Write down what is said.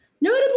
Notably